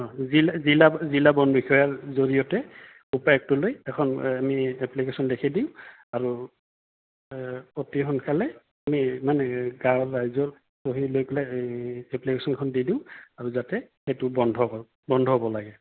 অঁ জিলা জিলা জিলা বন বিষয়াৰ জৰিয়তে উপায়ুক্তলৈ এখন আমি এপ্লিকেশ্যন লেখি দিম আৰু অতি সোনকালে আমি মানে গাঁৱৰ ৰাইজৰ চহী লৈ পেলাই এপ্লিকেশ্যন এখন দি দিওঁ আৰু যাতে সেইটো বন্ধ হয় বন্ধ হ'ব লাগে